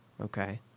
Okay